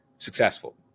Successful